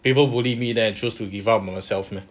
people bully me then I chose to give up myself meh